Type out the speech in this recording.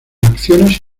acciones